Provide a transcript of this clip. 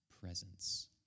presence